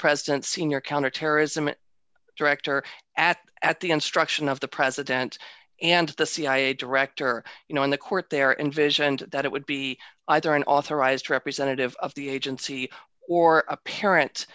president senior counterterrorism director at at the instruction of the president and the cia director you know in the court there envisioned that it would be either an authorized representative of the agency or a parent